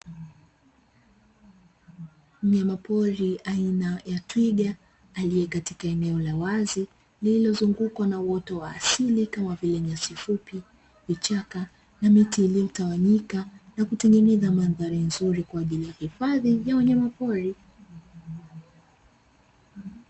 Mnyamapori aina ya twiga aliye katika eneo la wazi lililozungukwa na uoto wa asili kama vile nyasi fupi, vichaka na miti iliyotawanyika na kutengeneza mandhari nzuri kwa ajili ya hifadhi ya wanyamapori,